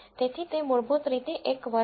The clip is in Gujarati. તેથી તે મૂળભૂત રીતે એક વર્ગ છે